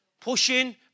pushing